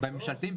בממשלתיים,